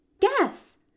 Guess